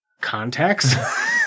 contacts